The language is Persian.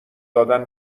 دادن